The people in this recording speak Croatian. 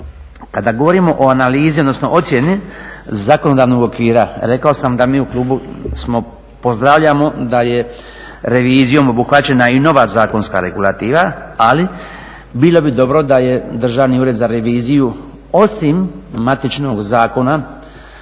Kada govorimo o analizi, odnosno ocijeni zakonodavnog okvira, rekao sam da mi u klubu smo pozdravljamo da je revizijom obuhvaćena i nova zakonska regulativa, ali bilo bi dobro da je Državni ured za reviziju osim matičnog zakona